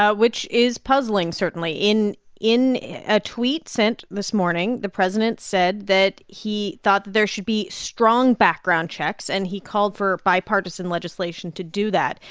ah which is puzzling, certainly. in in a tweet sent this morning, the president said that he thought that there should be strong background checks. and he called for bipartisan legislation to do that.